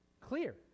clear